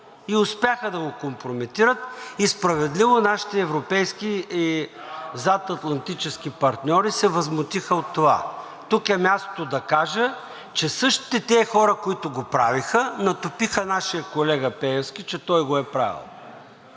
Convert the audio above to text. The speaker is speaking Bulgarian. И успяха да го компрометират, и справедливо нашите европейски и задатлантически партньори се възмутиха от това. Тук е мястото да кажа, че същите тези хора, които го правиха, натопиха нашия колега Пеевски, че той го е правил.